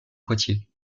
poitiers